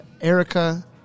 Erica